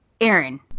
Aaron